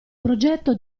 progetto